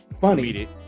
funny